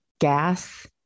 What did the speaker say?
Gas